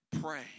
pray